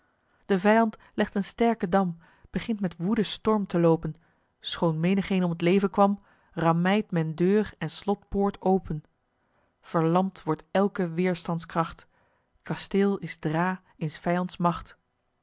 de vijand legt een sterken dam begint met woede storm te loopen schoon menigeen om t leven kwam rammeit men deur en slotpoort open verlamd wordt elke weerstandskracht t kasteel is dra in s vijands macht